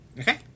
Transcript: Okay